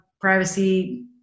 privacy